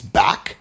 back